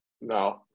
No